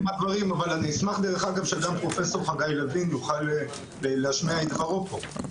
אשמח שגם פרופ' חגי לוין, נוכל להשמיע את דברו פה.